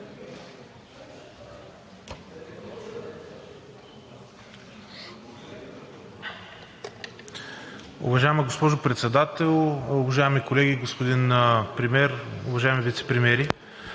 Уважаема госпожо Председател, уважаеми колеги, господин Премиер, уважаеми вицепремиери!